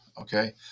okay